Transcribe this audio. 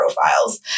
profiles